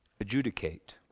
adjudicate